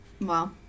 Wow